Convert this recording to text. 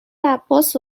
عباس